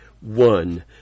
one